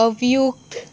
अवयुक